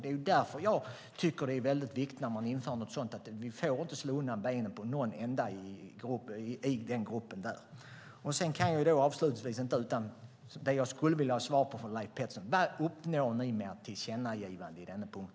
Det är därför jag tycker att det är viktigt att tänka på att vi inte slår undan benen på någon enda i denna grupp när vi inför något sådant här. Till sist skulle jag vilja ha svar från Leif Pettersson på en fråga: Vad uppnår ni med ett tillkännagivande på denna punkt?